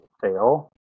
sale